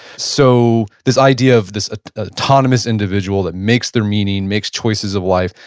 so this idea of this ah ah autonomous individual that makes their meaning, makes choices of life.